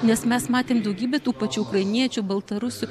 nes mes matėm daugybę tų pačių ukrainiečių baltarusių